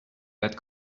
that